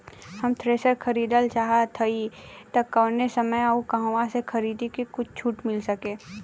हम थ्रेसर खरीदल चाहत हइं त कवने समय अउर कहवा से खरीदी की कुछ छूट मिल सके?